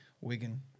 Wigan